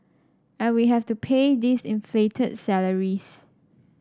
and we have to pay these inflated salaries